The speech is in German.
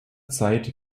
zeit